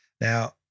Now